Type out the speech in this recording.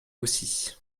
aussi